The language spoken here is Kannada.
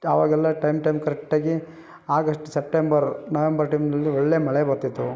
ಅವಾಗೆಲ್ಲ ಟೈಮ್ ಟೈಮ್ಗೆ ಕರೆಕ್ಟಾಗಿ ಆಗಶ್ಟ್ ಸೆಪ್ಟೆಂಬರ್ ನವೆಂಬರ್ ಟೈಮಲ್ಲಿ ಒಳ್ಳೆಯ ಮಳೆ ಬರ್ತಿತ್ತು